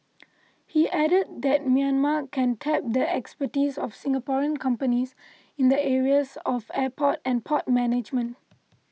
he added that Myanmar can tap the expertise of Singaporean companies in the areas of airport and port management